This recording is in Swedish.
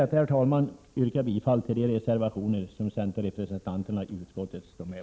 Med det sagda yrkar jag bifall till de reservationer där utskottets centerrepresentanter finns med.